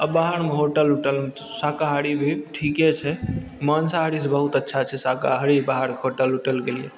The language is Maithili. आ बाहरमे होटल ओटलमे तऽ शाकाहारी भी ठीके छै माँसाहारी से बहुत अच्छा छै शाकाहारी बाहर होटल ओटलके लिए